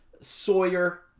Sawyer